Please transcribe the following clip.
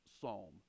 Psalm